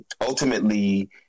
ultimately